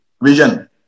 vision